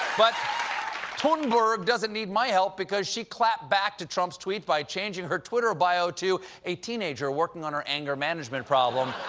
but thunberg doesn't need my help, because she clapped back to trump's tweet by changing her twitter bio to a teenager working on her anger management problem.